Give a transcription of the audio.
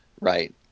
right